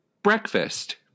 Breakfast